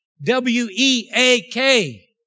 W-E-A-K